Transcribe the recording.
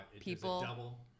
people